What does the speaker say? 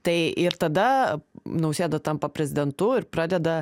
tai ir tada nausėda tampa prezidentu ir pradeda